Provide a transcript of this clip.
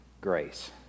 grace